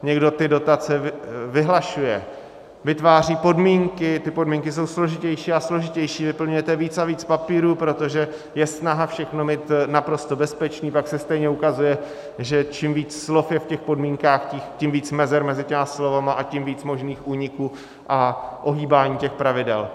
Někdo ty dotace vyhlašuje, vytváří podmínky, ty podmínky jsou složitější a složitější, vyplňujete víc a víc papírů, protože je snaha mít všechno naprosto bezpečné, pak se stejně ukazuje, že čím víc slov je v těch podmínkách, tím víc je mezer mezi těmi slovy a tím víc možných úniků a ohýbání těch pravidel.